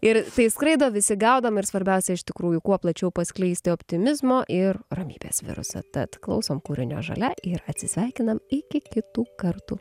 ir tai skraido visi gaudom ir svarbiausia iš tikrųjų kuo plačiau paskleisti optimizmo ir ramybės virusą tad klausom kūrinio žalia ir atsisveikinam iki kitų kartų